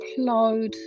upload